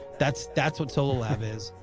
that's that's what so ah love is